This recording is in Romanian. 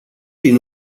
din